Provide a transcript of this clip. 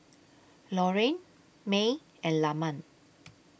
Loren May and Lamont